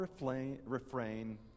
refrain